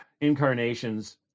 incarnations